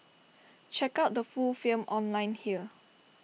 check out the full film online here